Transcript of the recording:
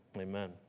amen